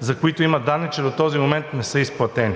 за които има данни, че до този момент не са изплатени.